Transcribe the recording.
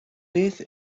beth